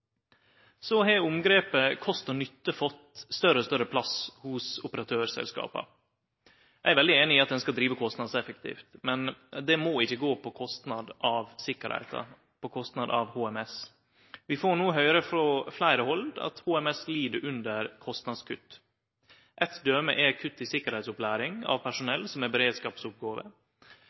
Omgrepet kost–nytte har fått ein større og større plass hos operatørselskapa. Eg er veldig einig i at ein skal drive kostnadseffektivt, men det må ikkje gå på kostnad av tryggleiken, på kostnad av HMT. Vi får no høyre frå fleire hald at HMT lid under kostnadskutt. Eit døme er kutt i sikkerheitsopplæring av personell som har beredskapsoppgåver. I tillegg er